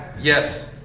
yes